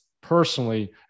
personally